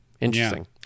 interesting